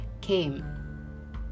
came